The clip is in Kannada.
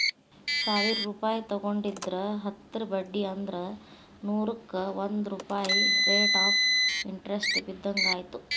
ಸಾವಿರ್ ರೂಪಾಯಿ ತೊಗೊಂಡಿದ್ರ ಹತ್ತರ ಬಡ್ಡಿ ಅಂದ್ರ ನೂರುಕ್ಕಾ ಒಂದ್ ರೂಪಾಯ್ ರೇಟ್ ಆಫ್ ಇಂಟರೆಸ್ಟ್ ಬಿದ್ದಂಗಾಯತು